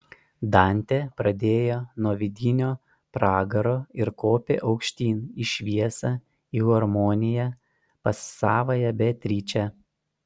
dantė pradėjo nuo vidinio pragaro ir kopė aukštyn į šviesą į harmoniją pas savąją beatričę